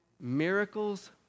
Miracles